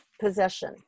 possession